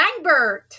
Langbert